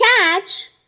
catch